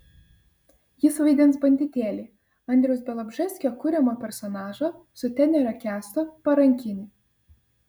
jis vaidins banditėlį andriaus bialobžeskio kuriamo personažo sutenerio kęsto parankinį